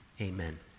Amen